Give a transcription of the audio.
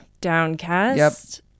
Downcast